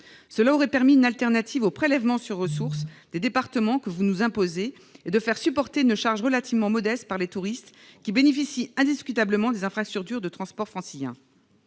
constituait une alternative au prélèvement sur ressources des départements que vous nous imposez et aurait permis de faire supporter une charge relativement modeste aux touristes, qui bénéficient indiscutablement des infrastructures des transports franciliens.